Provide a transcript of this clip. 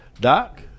Doc